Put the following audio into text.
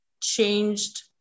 changed